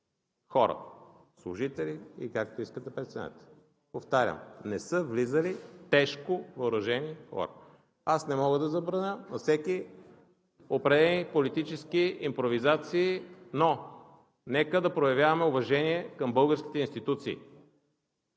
хора, служители и както искате, преценете. Повтарям: не са влизали тежко въоръжени хора. Аз не мога да забраня на всеки определени политически импровизации, но нека да проявяваме уважение към българските институции,